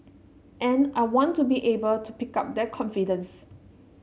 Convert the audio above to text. and I want to be able to pick up that confidence